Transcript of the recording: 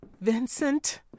Vincent